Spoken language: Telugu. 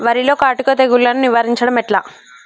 వరిలో కాటుక తెగుళ్లను నివారించడం ఎట్లా?